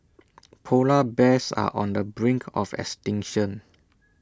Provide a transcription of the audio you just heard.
Polar Bears are on the brink of extinction